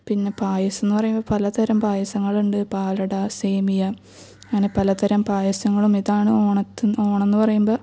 പിന്നെ പായസം എന്ന് പറയുമ്പോൾ പലതരം പായസങ്ങളുണ്ട് പാലട സേമിയ അങ്ങനെ പലതരം പായസങ്ങളും ഇതാണ് ഓണത്തിന് ഓണം എന്ന് പറയുമ്പം